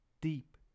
deep